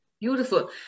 Beautiful